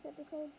episode